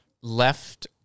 left